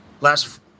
last